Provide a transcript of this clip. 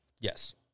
Yes